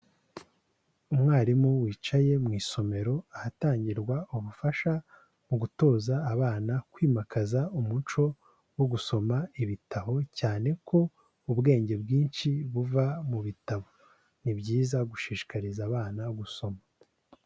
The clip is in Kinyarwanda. Umwarimu wicaye mu isomero ahatangirwa ubufasha mu gutoza abana kwimakaza umuco wo gusoma ibitabo cyane ko ubwenge bwinshi buva mubitabo, ni byiza gushishikariza abana gusoma.